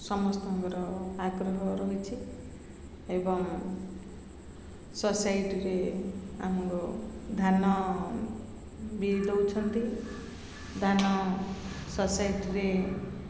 ସମସ୍ତଙ୍କର ଆଗ୍ରହ ରହିଛିି ଏବଂ ସୋସାଇଟିରେ ଆମର ଧାନ ବି ଦେଉଛନ୍ତି ଧାନ ସୋସାଇଟିରେ